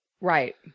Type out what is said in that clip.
Right